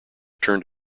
turned